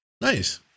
Nice